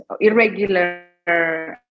irregular